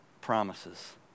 promises